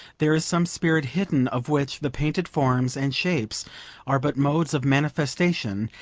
there is some spirit hidden of which the painted forms and shapes are but modes of manifestation,